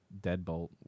deadbolt